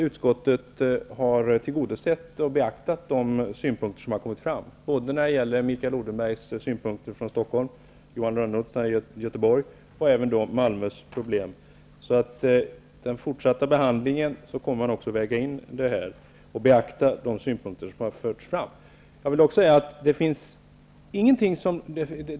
Utskottet har tillgodosett våra önskemål och beaktat de synpunkter som har kommit fram. Det gäller då Mikael Odenbergs synpunkter beträffande Stockholm, Johan Lönnroths synpunkter beträffande Göteborg och även Malmös problem. Vid den fortsatta behandlingen kommer det som sagts här att vägas in, och de synpunkter som har förts fram kommer att beaktas.